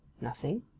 Nothing